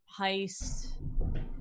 heist